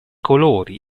colori